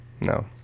no